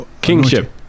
Kingship